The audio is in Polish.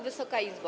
Wysoka Izbo!